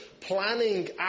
planning